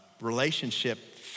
relationship